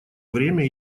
время